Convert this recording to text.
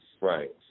Right